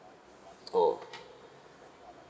oh